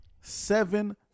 seven